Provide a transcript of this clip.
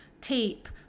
tape